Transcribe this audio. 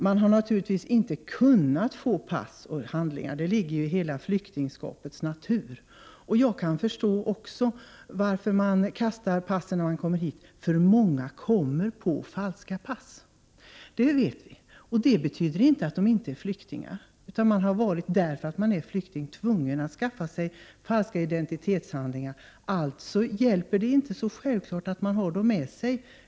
Man har naturligtvis inte kunnat få pass och identitetshandlingar. Det ligger ju i flyktingskapets natur. Jag kan förstå också varför man kastar passen när man kommer hit, för många kommer på falska pass. Det vet vi. Men det betyder inte att det inte är flyktingar, utan man har som flykting varit tvungen att skaffa sig falska identitetshandlingar. Alltså hjälper det inte självklart att ha dem med sig.